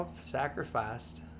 sacrificed